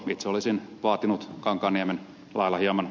itse olisin vaatinut kankaanniemen valajaman